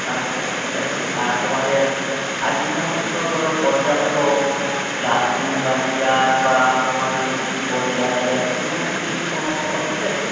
আচ্ছা ঠিক আছে আর তোমাদের আর যে সমস্ত ধরো পর্যাপ্ত ক্লাস রুম বা চেয়ার বা তোমাদের যে বলে ল্যাব ট্যাব ওই সমস্ত কিছু কোনো সব ঠিক আছে